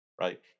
right